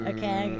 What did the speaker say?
Okay